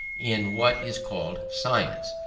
in what is called science.